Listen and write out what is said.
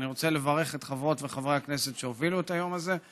אני רוצה לברך את חברות וחברי הכנסת שהובילו את היום הזה,